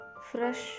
fresh